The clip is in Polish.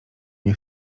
nie